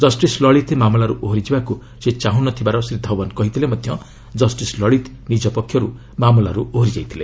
justice Lalit ମାମଲାରୁ ଓହରିଯିବାକୁ ସେ ଚାହୁଁନଥିବାର ଶ୍ରୀ ଧଓ୍ୱନ୍ କହିଥିଲେ ମଧ୍ୟ ଜଷ୍ଟିସ୍ ଲଳିତ ନିଜ ପକ୍ଷର୍ତ ମାମଲାର୍ଚ୍ଚ ଓହରି ଯାଇଥିଲେ